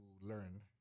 learn